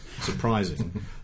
surprising